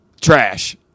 Trash